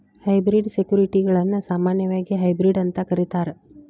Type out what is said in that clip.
hybrid ಸೆಕ್ಯುರಿಟಿಗಳನ್ನ ಸಾಮಾನ್ಯವಾಗಿ hybrid ಅಂತ ಕರೇತಾರ